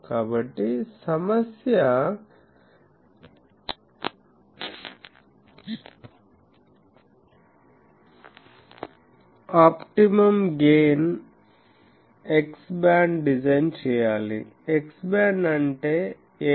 కాబట్టి సమస్య optimum gain X band design చేయాలి X బ్యాండ్ అంటే 8